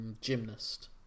gymnast